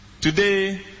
Today